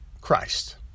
Christ